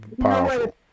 Powerful